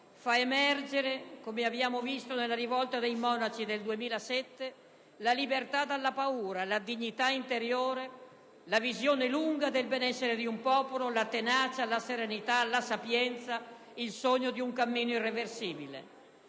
fa emergere, come abbiamo visto nella rivolta dei monaci del 2007, la libertà dalla paura, la dignità interiore, la visione lunga del benessere di un popolo, la tenacia, la serenità, la sapienza, il sogno di un cammino irreversibile,